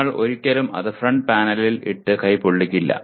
നിങ്ങൾ ഒരിക്കലും അത് ഫ്രണ്ട് പാനലിൽ ഇട്ടു കൈ പൊള്ളിക്കില്ല